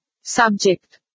Subject